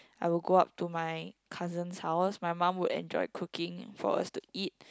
I will go out to my cousin's house my mom will enjoy cooking for us to eat